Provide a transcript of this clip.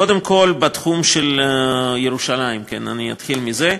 קודם כול, בתחום של ירושלים, אני אתחיל מזה,